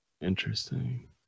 Interesting